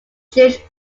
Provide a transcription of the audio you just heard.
jewish